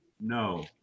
No